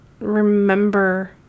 remember